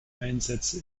einsätze